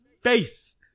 face